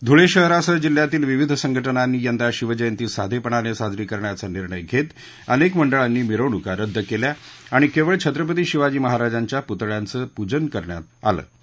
धुळे शहरासह जिल्ह्यातील विविध संघटनानी यंदा शिवजयंती साधेपणाने साजरी करण्याचा निर्णय घेत अनेक मंडळांनी मिरवणुका रद्द केल्या आणि केवळ छत्रपती शिवाजी महाराजांच्या पुतळ्याचं पूजन करण्यात आलंया घटनेचे